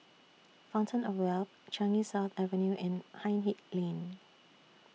Fountain of Wealth Changi South Avenue and Hindhede Lane